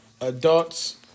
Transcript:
adults